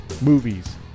movies